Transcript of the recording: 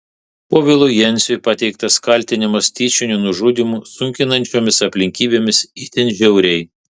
povilui jenciui pateiktas kaltinimas tyčiniu nužudymu sunkinančiomis aplinkybėmis itin žiauriai